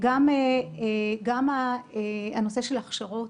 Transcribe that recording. גם בנושא של הכשרות